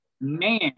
Man